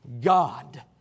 God